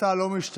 התוצאה לא משתנה,